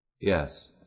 Yes